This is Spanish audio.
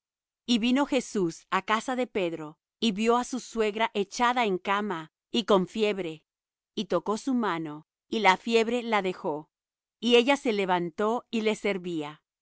y vino jesús á casa de pedro y vió á su suegra echada en cama y con fiebre y tocó su mano y la fiebre la dejó y ella se levantó y les servía